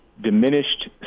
diminished